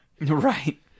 right